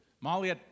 Molly